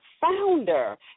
founder